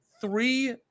three